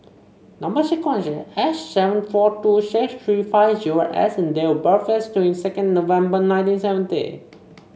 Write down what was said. number sequence is S seven four two six tree five zero S and date of birth is second November nineteen seventy